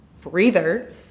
breather